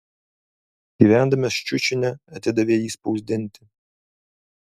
gyvendamas ščiučine atidavė jį spausdinti